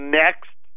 next